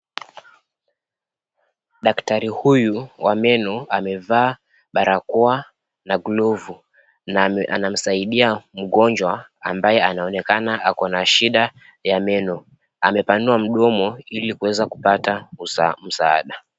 Daktari huyu wa meno amevaa barakoa na glovu na anamsaidia mgonjwa ambaye anaonekana ako na shida ya meno. Amepanua mdomo ili kuweza kupata msaada.